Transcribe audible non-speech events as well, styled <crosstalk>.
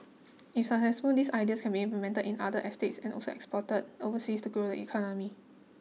<noise> if successful these ideas can be implemented in other estates and also exported overseas to grow the economy